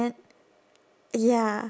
ya